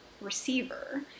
receiver